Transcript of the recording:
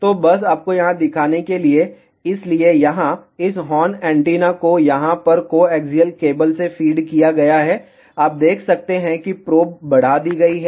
तो बस आपको यहां दिखाने के लिए इसलिए यहां इस हॉर्न एंटीना को यहां पर कोएक्सिअल केबल से फीड किया गया है आप देख सकते हैं कि प्रोब बढ़ा दी गई है